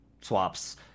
swaps